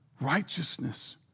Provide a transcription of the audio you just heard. righteousness